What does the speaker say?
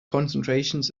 concentrations